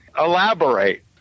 elaborate